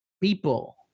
people